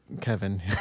Kevin